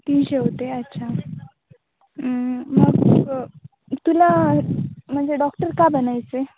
तीनशे होते अच्छा मग तुला म्हणजे डॉक्टर का बनायचं